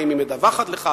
האם היא מדווחת לך,